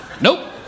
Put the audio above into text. Nope